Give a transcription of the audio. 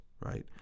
right